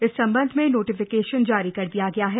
इस संबंध में नोटिफिकशन जारी किया गया है